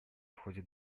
ходе